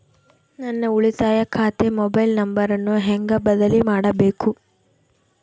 ನನ್ನ ಉಳಿತಾಯ ಖಾತೆ ಮೊಬೈಲ್ ನಂಬರನ್ನು ಹೆಂಗ ಬದಲಿ ಮಾಡಬೇಕು?